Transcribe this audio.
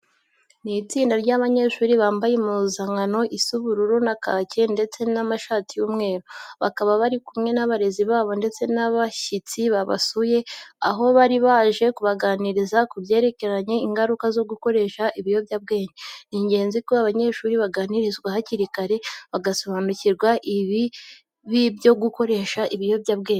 Ni itsinda ry'abanyeshuri bambaye impuzankano isa ubururu na kake ndetse n'amashati y'umweru. Bakaba bari kumwe n'abarezi babo ndetse n'abashyitsi babasuye, aho bari baje kubaganiriza ku byerekeye ingaruka zo gukoresha ibiyobyabwenge. Ni ingenzi ko abanyeshuri baganirizwa hakiri kare, bagasobanurirwa ibibi byo gukoresha ibiyobyabwenge.